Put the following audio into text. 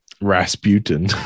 Rasputin